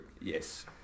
Yes